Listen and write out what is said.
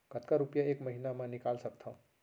कतका रुपिया एक महीना म निकाल सकथव?